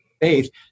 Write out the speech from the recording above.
faith